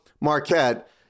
Marquette